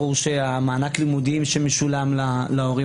ברור שמענק הלימודים שמשולם להורים